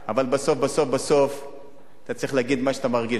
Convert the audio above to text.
אבל בסוף בסוף בסוף אתה צריך להגיד מה שאתה מרגיש,